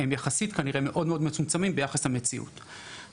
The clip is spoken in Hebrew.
הם כנראה קטנים ומצומצמים ביחס למספרים האמיתיים.